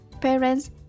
parents